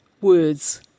words